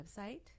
website